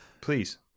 Please